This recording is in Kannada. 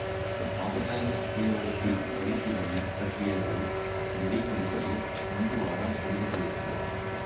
ಆಫ್ಲೈನ್ ಕೆ.ವೈ.ಸಿ ಪರಿಶೀಲನೆ ಪ್ರಕ್ರಿಯೆಗಳು ದೃಢೀಕರಿಸಲು ಒಂದು ವಾರ ತೆಗೆದುಕೊಳ್ಳುತ್ತದೆ